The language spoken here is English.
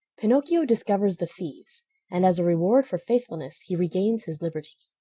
pinocchio discovers the thieves and, as a reward for faithfulness, he regains his liberty.